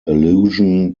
allusion